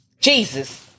Jesus